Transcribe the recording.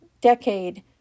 decade